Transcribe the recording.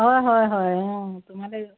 হয় হয় হয় তোমালৈ